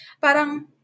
Parang